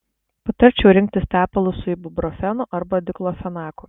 patarčiau rinktis tepalus su ibuprofenu arba diklofenaku